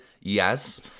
Yes